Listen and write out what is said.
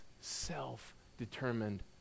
self-determined